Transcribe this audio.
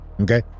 Okay